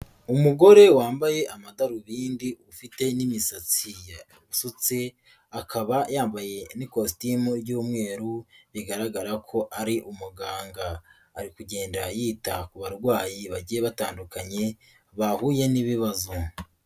Umugore wambaye amadarubindi ufite n'imisatsi yasutse akaba yambaye n'ikositimu ry'umweru bigaragara ko ari umuganga, ari kugenda yita ku barwayi bagiye batandukanye bahuye n'ibibazo.